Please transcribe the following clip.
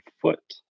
foot